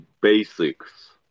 basics